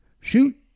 shoot